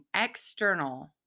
external